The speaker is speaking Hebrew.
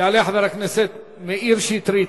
יעלה חבר הכנסת מאיר שטרית,